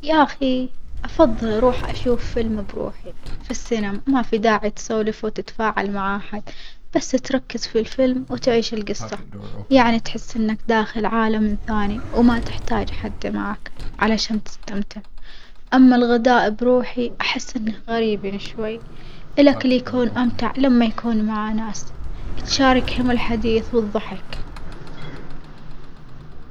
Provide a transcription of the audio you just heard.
ياخي أفظل أروح أشوف فيلم بروحي في السينما ما في داعي تسولف وتتفاعل مع أحد بس تركز في الفيلم وتعيش الجصة، يعني تحس إنك داخل عالم ثاني وما تحتاج حد معاك علشان تستمتع، أما الغداء بروحي أحس إنه غريب شوي، الأكل يكون أمتع لما يكون مع ناس تشاركهم الحديث والظحك.